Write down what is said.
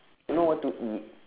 don't know what to eat